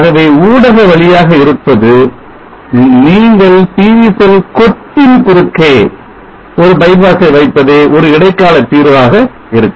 ஆகவே ஊடக வழியாக இருப்பது நீங்கள் PV செல் கொத்தின் குறுக்கே ஒரு bypass ஐ வைப்பதே ஒரு இடைக்காலத் தீர்வாக இருக்கும்